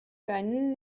seinen